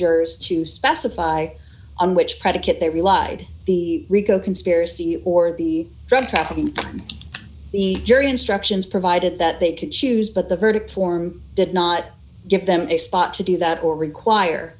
jurors to specify on which predicate they relied the rico conspiracy or the drug trafficking on the jury instructions provided that they could choose but the verdict form did not give them a spot to do that or require